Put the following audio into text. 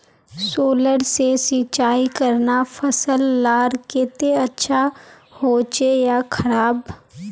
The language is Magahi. सोलर से सिंचाई करना फसल लार केते अच्छा होचे या खराब?